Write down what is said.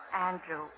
Andrew